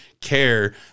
care